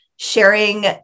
sharing